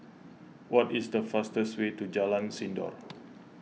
what is the fastest way to Jalan Sindor